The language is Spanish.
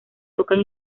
tocan